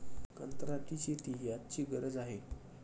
कंत्राटी शेती ही आजची गरज आहे